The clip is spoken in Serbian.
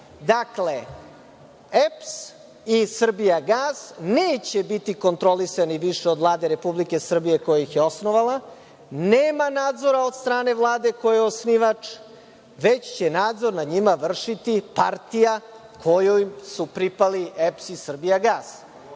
gasom. Dakle, EPS i „Srbijagas“ neće biti kontrolisani više od Vlade Republike Srbije koja ih je osnovala, nema nadzora od strane Vlada koja je osnivač, već će nadzor nad njima vršiti partija kojoj su pripali EPS i „Srbijagas“.